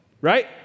Right